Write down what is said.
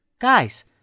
Guys